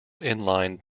inline